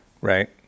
right